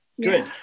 Good